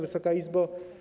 Wysoka Izbo!